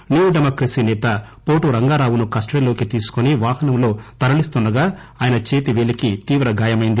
new democracy నేత పోటు రంగారావును కస్పడీలోకి తీసుకుని వాహనంలోకి తరలిస్తుండగా ఆయన చేతిపేలికి తీవ్రగాయమైంది